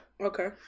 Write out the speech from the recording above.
Okay